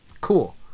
Cool